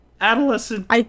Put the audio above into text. adolescent